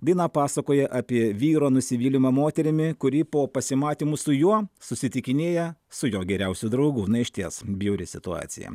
daina pasakoja apie vyro nusivylimą moterimi kuri po pasimatymo su juo susitikinėja su jo geriausiu draugu na išties bjauri situacija